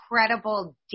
incredible